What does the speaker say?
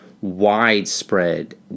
widespread